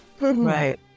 Right